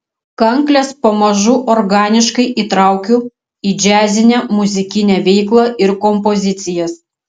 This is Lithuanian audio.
kankles pamažu organiškai įtraukiu į džiazinę muzikinę veiklą ir kompozicijas